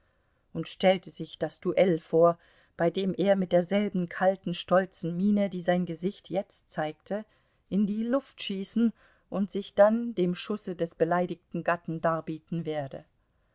und stellte sich das duell vor bei dem er mit derselben kalten stolzen miene die sein gesicht jetzt zeigte in die luft schießen und sich dann dem schusse des beleidigten gatten darbieten werde